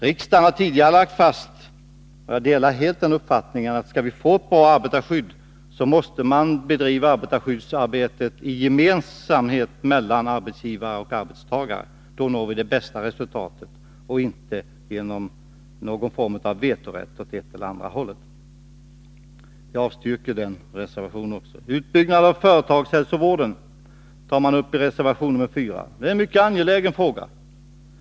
Riksdagen har tidigare lagt fast, och jag delar helt den uppfattningen, att skall vi få ett bra arbetarskydd, måste skyddsarbetet bedrivas gemensamt av arbetsgivare och arbetstagare. Det är på det sättet man når de bästa resultaten, inte genom att införa vetorätt för den ena eller den andra parten. Jag avstyrker den reservationen också. Utbyggnad av företagshälsovården tar man upp i reservation 4. Det är en mycket angelägen fråga.